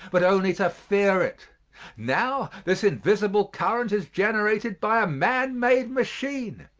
but only to fear it now, this invisible current is generated by a man-made machine,